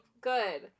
good